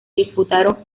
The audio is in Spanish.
disputaron